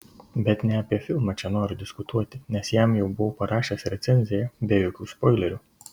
bet ne apie filmą čia noriu diskutuoti nes jam jau buvau parašęs recenziją be jokių spoilerių